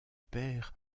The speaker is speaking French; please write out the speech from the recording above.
père